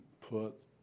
put